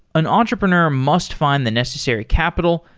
an entrepreneur must find the necessary capital,